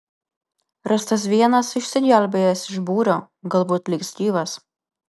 rastas vienas išsigelbėjęs iš būrio galbūt liks gyvas